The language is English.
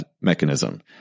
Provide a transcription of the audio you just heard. mechanism